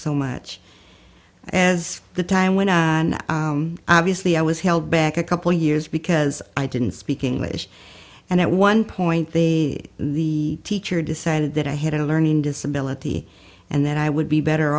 so much as the time when i obviously i was held back a couple years because i didn't speak english and at one point the the teacher decided that i had a learning disability and that i would be better